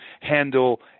handle